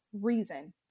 reason